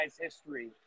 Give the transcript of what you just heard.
history